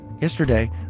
Yesterday